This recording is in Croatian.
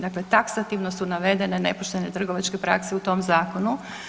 Dakle, taksativno su navedene nepoštene trgovačke prakse u tom zakonu.